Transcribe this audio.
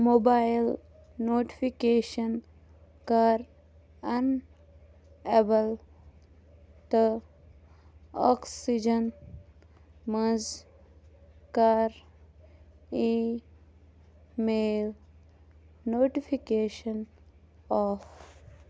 mobile notification کَر enable تہٕ oxygen منٛز کَر اِی میل نوٹِفِکیشن آف